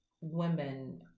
women